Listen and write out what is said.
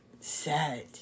Sad